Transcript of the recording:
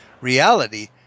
Reality